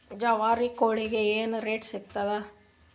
ಜವಾರಿ ಕೋಳಿಗಿ ಏನ್ ರೇಟ್ ಸಿಗ್ತದ?